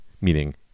meaning